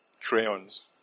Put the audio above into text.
crayons